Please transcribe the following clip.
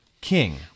king